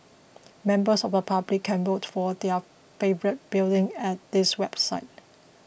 members of the public can vote for their favourite building at this website